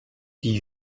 die